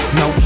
no